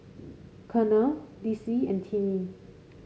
Colonel Dicy and Tinnie